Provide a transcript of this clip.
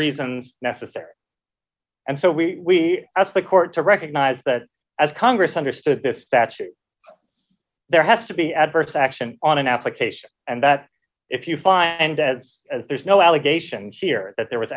reasons necessary and so we ask the court to recognize that as congress understood this statute there has to be adverse action on an application and that if you find as as there's no allegation here that there was